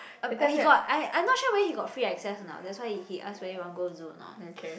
he got I I'm not sure whether he got free access or not that's why he asked whether you want go zoo or not